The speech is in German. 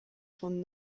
von